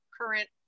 current